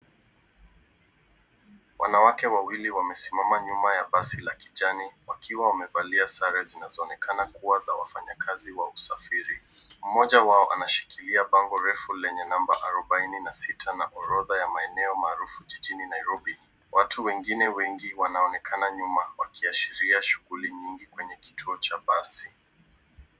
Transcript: Wanawake wawili wamesimama nyuma ya basi la kijani wakiwa wamevalia sare zinazoonekana kuwa za wafanyakazi wa usafiri. Mmoja wao anashikilia bango refu lenye namba arobaini na sita na orodha ya maeneo maarufu jijini Nairobi. Watu wengine wengi wanaonekana nyuma wakiashiria shughuli nyingi kwenye kituo cha basi.